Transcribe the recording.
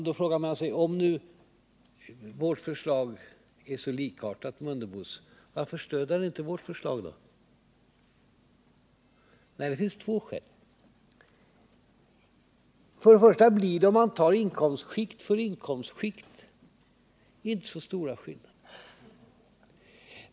Då frågar man sig. Om nu vårt förslag är så likartat herr Mundebos, varför stöder han inte vårt förslag? Det finns två skäl. Om man tar inkomstskikt för inskomstskikt blir det inte så stora skillnader.